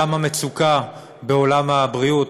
גם המצוקה בעולם הבריאות.